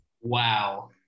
wow